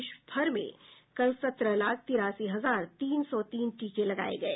देशभर में कल सत्रह लाख तिरासी हजार तीन सौ तीन टीके लगाए गए